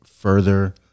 further